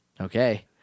Okay